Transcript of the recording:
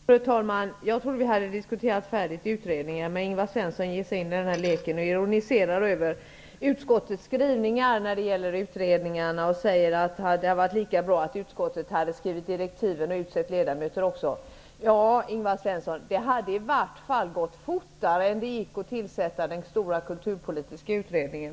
Fru talman! Jag trodde att vi hade slutat att diskutera utredningen, men Ingvar Svensson ger sig in i leken och ironiserar över utskottets skrivningar om utredningarna och säger att det hade varit lika bra att utskottet också hade skrivit direktiven och utsett ledamöter. Ingvar Svensson! Det hade i varje fall gått snabbare än vad som var fallet vid tillsättandet av den stora kulturpolitiska utredningen.